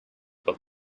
but